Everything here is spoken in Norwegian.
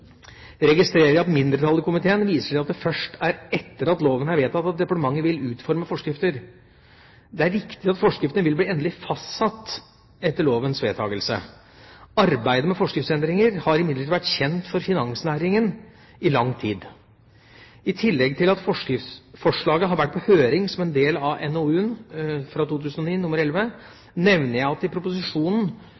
registrerer jeg at mindretallet i komiteen viser til at det først er etter at loven er vedtatt, at departementet vil utforme forskrifter. Det er riktig at forskriftene vil bli endelig fastsatt etter lovens vedtakelse. Arbeidet med forskriftsendringer har imidlertid vært kjent for finansnæringen i lang tid. I tillegg til at forskriftsforslaget har vært på høring som en del av